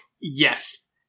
Yes